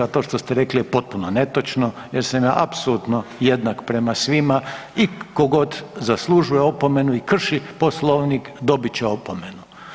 A to što ste rekli je potpuno netočno jer sam ja apsolutno jednak prema svima i tko god zaslužuje opomenu i krši Poslovnik dobit će opomenu.